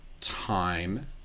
time